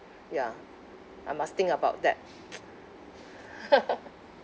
ya I must think about that